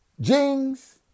jeans